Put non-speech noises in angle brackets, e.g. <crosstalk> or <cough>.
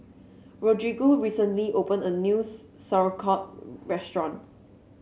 Rodrigo recently opened a new <noise> Sauerkraut restaurant